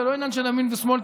זה לא עניין של ימין ושמאל.